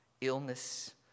illness